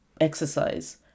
exercise